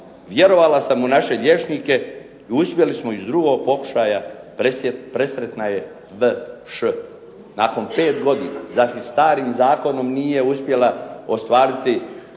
vjerovala sam u naše liječnike i uspjeli smo iz drugog pokušaja. Presretna je D.Š. Nakon pet godina. Starim zakonom nije uspjela ostvariti